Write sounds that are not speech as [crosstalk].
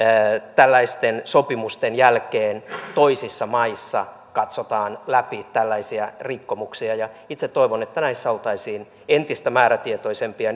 tällaisten sopimusten jälkeen toisissa maissa katsotaan läpi sormien tällaisia rikkomuksia itse toivon että näissä oltaisiin entistä määrätietoisempia [unintelligible]